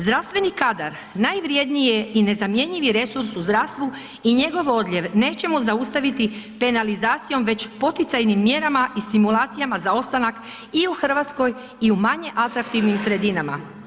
Zdravstveni kadar najvrijednije i nezamjenjivi resurs u zdravstvu i njegov odljev nećemo zaustaviti penalizacijom već poticajnim mjerama i stimulacijama za ostanak i u Hrvatskoj i u manje atraktivnim sredinama.